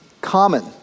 common